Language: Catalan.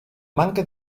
manca